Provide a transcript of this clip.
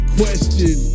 question